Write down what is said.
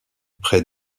près